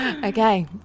Okay